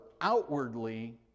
Outwardly